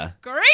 great